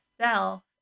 self